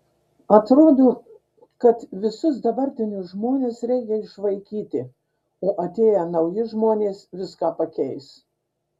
atrodo kad visus dabartinius žmones reikia išvaikyti o atėję rytoj nauji žmonės viską pakeis